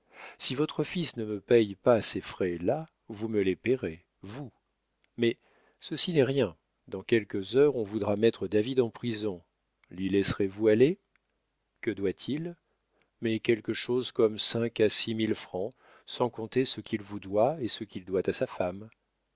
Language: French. si votre fils ne me paye pas ces frais là vous me les payerez vous mais ceci n'est rien dans quelques heures on voudra mettre david en prison l'y laisserez-vous aller que doit-il mais quelque chose comme cinq à six mille francs sans compter ce qu'il vous doit et ce qu'il doit à sa femme